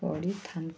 ପଡ଼ିଥାନ୍ତା